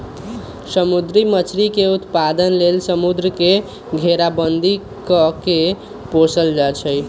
समुद्री मछरी के उत्पादन लेल समुंद्र के घेराबंदी कऽ के पोशल जाइ छइ